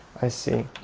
i see.